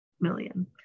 million